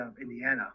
Indiana